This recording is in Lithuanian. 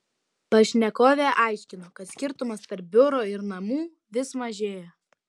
pašnekovė aiškino kad skirtumas tarp biuro ir namų vis mažėja